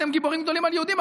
אתם גיבורים גדולים על יהודים,